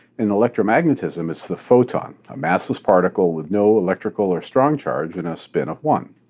in electromagnetism, it's the photon a massless particle with no electrical or strong charge and a spin of one.